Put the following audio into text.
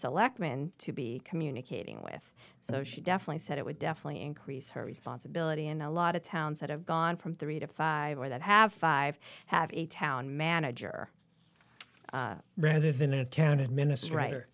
selectman to be communicating with so she definitely said it would definitely increase her responsibility in a lot of towns that have gone from three to five or that have five have a town manager rather than a town administrator